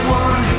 one